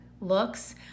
looks